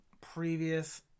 previous